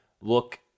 look